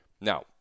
Now